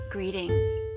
Greetings